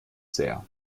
sehr